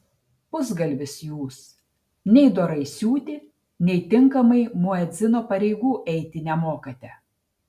pusgalvis jūs nei dorai siūti nei tinkamai muedzino pareigų eiti nemokate